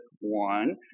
one